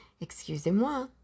Excusez-moi